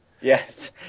yes